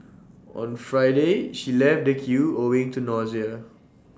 on Friday she left the queue owing to nausea